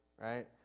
Right